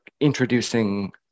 introducing